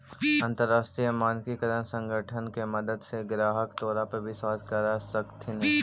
अंतरराष्ट्रीय मानकीकरण संगठन के मदद से ग्राहक तोरा पर विश्वास कर सकतथीन